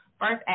first